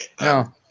No